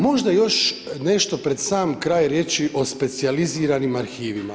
Možda još nešto pred sam kraj reći o specijaliziranim arhivima.